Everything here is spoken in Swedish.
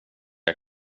jag